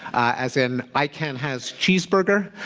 as in i can has cheezburger,